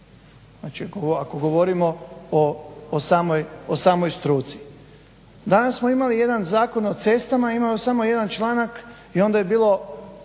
Znači ako govorimo o samoj struci. Danas smo imali jedan zakon o cestama, imao je samo jedan članak i onda je bio